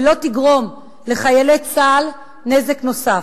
ולא תגרום לחיילי צה"ל נזק נוסף.